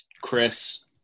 Chris